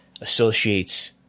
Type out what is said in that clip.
associates